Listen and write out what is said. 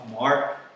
mark